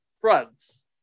fronts